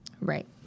Right